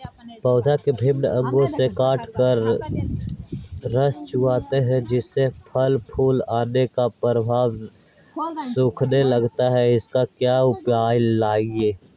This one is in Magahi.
पौधे के विभिन्न अंगों से कीट रस चूसते हैं जिससे फसल फूल आने के पूर्व सूखने लगती है इसका क्या उपाय लगाएं?